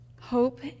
Hope